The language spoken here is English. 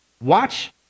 Watch